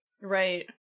Right